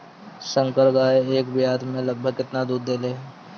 संकर गाय एक ब्यात में लगभग केतना दूध देले?